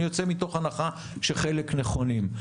ואני יוצא מתוך הנחה שחלק נכונים,